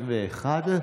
והעשרים-ואחת,